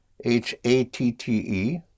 H-A-T-T-E